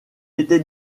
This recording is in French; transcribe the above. était